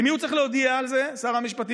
למי הוא צריך להודיע על זה, שר המשפטים?